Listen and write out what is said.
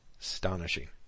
Astonishing